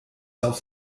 self